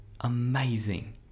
amazing